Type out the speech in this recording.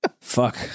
Fuck